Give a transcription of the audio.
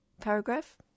paragraph